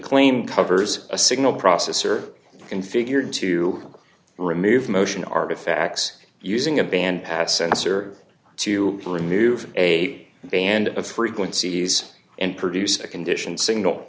claim covers a signal processor configured to remove motion artifacts using a bandpass sensor to remove a band of frequencies and produce a condition single